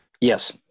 Yes